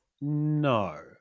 No